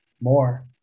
more